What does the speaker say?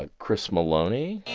ah chris meloni?